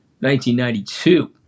1992